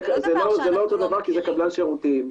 זה לא דבר שאנחנו לא מכירים.